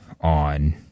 on